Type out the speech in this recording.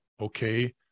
okay